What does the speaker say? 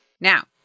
Now